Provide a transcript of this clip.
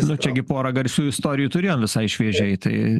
nu čia gi porą garsių istorijų turėjom visai šviežiai tai